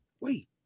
wait